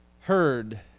heard